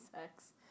sex